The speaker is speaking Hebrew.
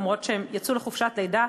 אף שהן יצאו לחופשת לידה.